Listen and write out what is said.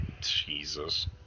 jesus